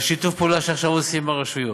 שיתוף הפעולה שעכשיו עושים עם הרשויות,